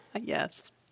Yes